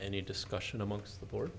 any discussion amongst the board